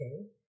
okay